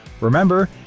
Remember